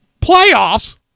Playoffs